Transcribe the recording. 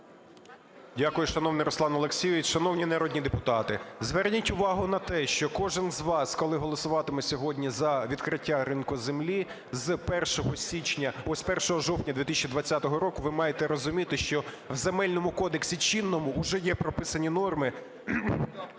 Дякую, шановний Руслане Олексійовичу. Шановні народні депутати, зверніть увагу на те, що кожен з вас, коли голосуватиме сьогодні за відкриття ринку землі з 1 жовтня 2020 року, ви маєте розуміти, що в Земельному кодексі чинному уже є прописані норми,